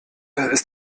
ist